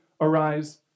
arise